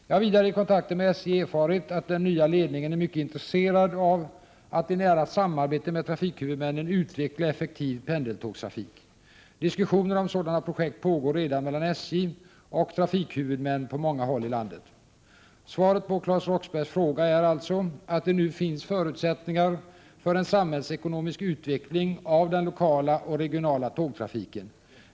Jag har vidare i kontakter med SJ erfarit att den nya ledningen är mycket intresserad av att i nära samarbete med trafikhuvudmännen utveckla effektiv pendeltågstrafik. Diskussioner om sådana projekt pågår redan mellan SJ och trafikhuvudmän på många håll i landet. Svaret på Claes Roxberghs fråga är alltså att det nu finns förutsättningar för en samhällsekonomisk utveckling av den lokala och regionala tågtrafiken.